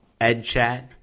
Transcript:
EdChat